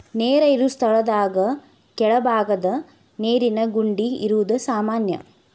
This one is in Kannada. ನೇರ ಇರು ಸ್ಥಳದಾಗ ಕೆಳಬಾಗದ ನೇರಿನ ಗುಂಡಿ ಇರುದು ಸಾಮಾನ್ಯಾ